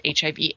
HIV